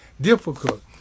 difficult